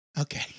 Okay